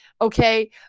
Okay